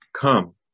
Come